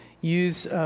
use